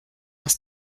aus